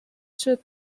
should